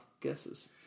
guesses